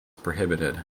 prohibited